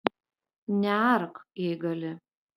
neark jei gali